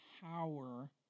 power